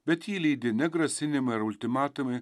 bet jį lydi ne grasinimai ar ultimatumai